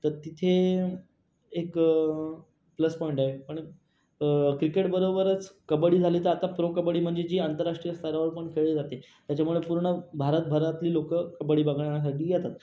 तर तिथे एक प्लस पॉइंट आहे पण क्रिकेटबरोबरच कबड्डी झाली तर आता प्रो कबड्डी म्हणजे जी आंतराष्ट्रीय स्तरावर पण खेळली जाते त्याच्यामुळं पूर्ण भारतभरातली लोकं कबड्डी बघणाऱ्यासाठी येतात